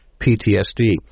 PTSD